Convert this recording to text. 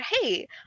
hey